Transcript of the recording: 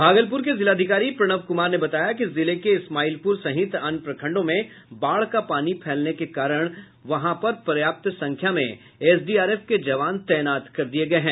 भागलपुर के जिलाधिकारी प्रणव कुमार ने बताया कि जिले के इसमाइलपुर सहित अन्य प्रखंडों में बाढ़ का पानी फैलने के कारण वहां पर पर्याप्त संख्या में एसडीआरएफ के जवान तैनात कर दिये गये हैं